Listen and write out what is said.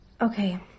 Okay